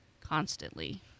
constantly